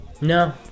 No